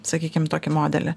sakykim tokį modelį